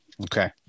Okay